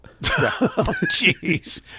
Jeez